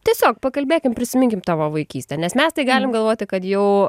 tiesiog pakalbėkim prisiminkim tavo vaikystę nes mes tai galim galvoti kad jau